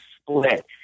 split